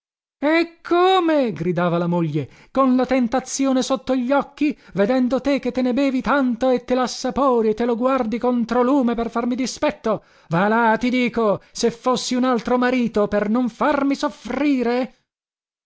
come gridava la moglie con la tentazione sotto gli occhi vedendo te che ne bevi tanto e te lassapori e te lo guardi controlume per farmi dispetto va là ti dico se fossi un altro marito per non farmi soffrire